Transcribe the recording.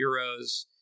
Euros